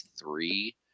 three